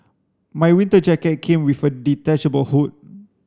my winter jacket came with a detachable hood